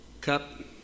cup